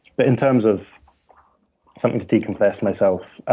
but in terms of something to decompress myself,